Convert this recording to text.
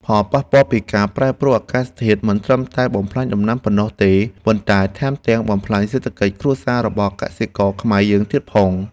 ផលប៉ះពាល់ពីការប្រែប្រួលអាកាសធាតុមិនត្រឹមតែបំផ្លាញដំណាំប៉ុណ្ណោះទេ ប៉ុន្តែថែមទាំងបំផ្លាញសេដ្ឋកិច្ចគ្រួសាររបស់កសិករខ្មែរយើងទៀតផង។